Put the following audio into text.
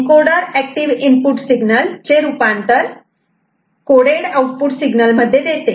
encoder active input signal चे रूपांतर coded output signal मध्ये देते